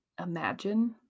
imagine